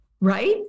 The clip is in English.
Right